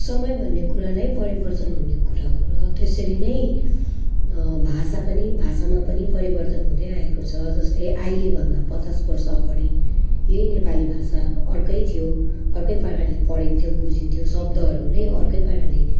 समय भन्ने कुरा नै परिवर्तन हुने कुरा हो र त्यसरी नै भाषा पनि भाषामा पनि परिवर्तन हुँदैआएको छ जस्तै अहिलेभन्दा पचास वर्षअगाडि यही नेपाली भाषा अर्कै थियो अर्कै पाराले पढिन्थ्यो बुझिन्थ्यो शब्दहरू नै अर्कै पाराले